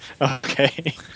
Okay